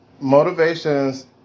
Motivations